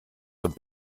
zum